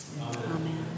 Amen